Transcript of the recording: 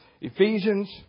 Ephesians